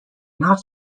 not